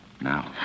now